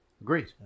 Agreed